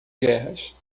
guerras